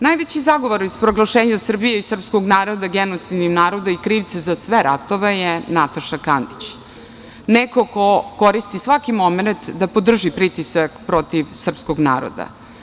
Najveći zagovor iz proglašenja Srbije i srpskog naroda genocidnim narodom i krivca za sve ratove je Nataša Kandić, neko ko koristi svaki momenat da podrži pritisak protiv srpskog naroda.